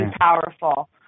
powerful